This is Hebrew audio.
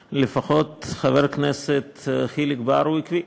שלפחות חבר הכנסת חיליק בר הוא עקבי.